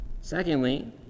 Secondly